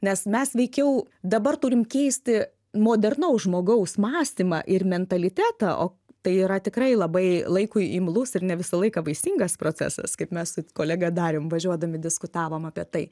nes mes veikiau dabar turim keisti modernaus žmogaus mąstymą ir mentalitetą o tai yra tikrai labai laikui imlus ir ne visą laiką vaisingas procesas kaip mes su kolega darium važiuodami diskutavom apie tai